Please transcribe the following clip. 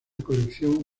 colección